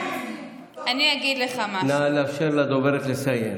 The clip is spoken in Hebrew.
נא לאפשר לדוברת לסיים.